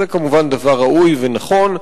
זה כמובן דבר ראוי ונכון,